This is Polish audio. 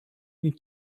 nic